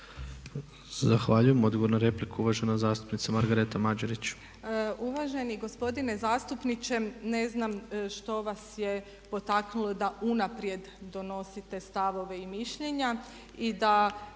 Zahvaljujem. Odgovor na repliku, uvažena zastupnica Sandra Krpan.